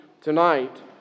tonight